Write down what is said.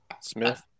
Smith